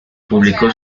publicó